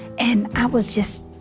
and i was just